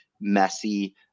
messy